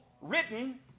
written